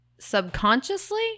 subconsciously